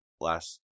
last